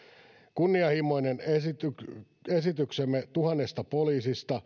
kunnianhimoinen esityksemme esityksemme tuhannesta poliisista